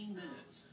minutes